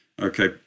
okay